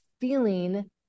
feeling